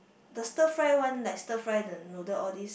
the stir fry one like stir fry the noodle all this